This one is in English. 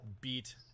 beat